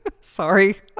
Sorry